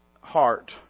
heart